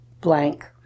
blank